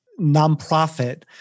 nonprofit